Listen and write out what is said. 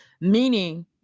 meaning